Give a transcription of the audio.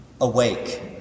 awake